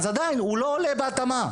עדיין הוא לא עולה בהתאמה,